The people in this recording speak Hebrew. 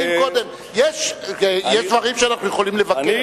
יש דברים שאנחנו יכולים לבקר,